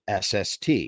SST